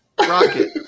rocket